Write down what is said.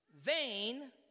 vain